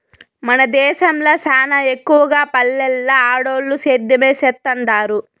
మన దేశంల సానా ఎక్కవగా పల్లెల్ల ఆడోల్లు సేద్యమే సేత్తండారు